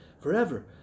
forever